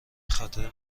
خاطر